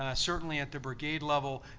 ah certainly at the brigade level.